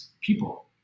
people